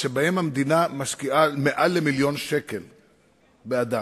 שבהן המדינה משקיעה מעל מיליון שקל באדם.